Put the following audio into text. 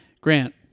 Grant